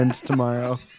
tomorrow